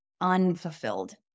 unfulfilled